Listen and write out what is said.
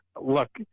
look